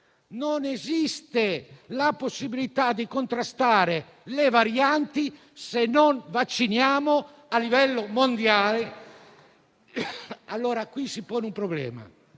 non esiste la possibilità di contrastare le varianti se non vacciniamo a livello mondiale. Qui si pone un problema: